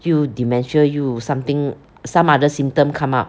又 dementia 又 something some other symptom come out